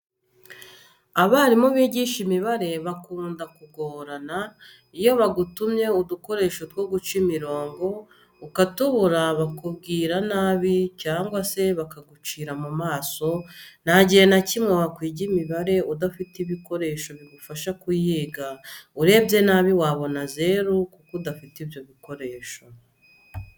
Abarimu bigisha imibare bakunda kugorana, iyo bagutumye udukoresho two guca imirongo ukatubura bakubwira nabi cyangwa se bakagucira mu maso, nta gihe na kimwe wakwiga imibare udafite ibikoresho bigufasha kuyiga, urebye nabi wabona zeru kuko udafite ibyo bikoresho.